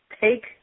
take